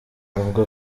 avuga